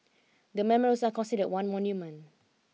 the memorials are considered one monument